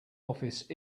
office